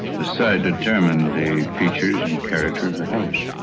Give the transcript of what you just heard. the site determined the features and character of the house.